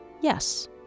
yes